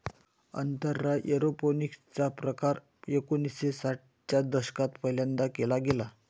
अंतराळात एरोपोनिक्स चा प्रकार एकोणिसाठ च्या दशकात पहिल्यांदा केला गेला